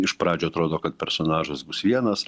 iš pradžių atrodo kad personažas bus vienas